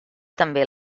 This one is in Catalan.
també